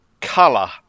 colour